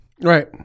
right